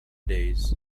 days